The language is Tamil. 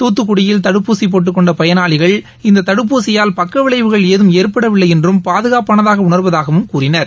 தூத்துக்குடியில் தடுப்பூசிபோட்டுக்கொண்டபயனாளிகள் இந்ததடுப்பூசியால் பக்கவிளைவுகள் எதுவும் ஏற்படவில்லைஎன்றும் பாதுகாப்பானதாக உணர்வதாகவும் கூறுகின்றனர்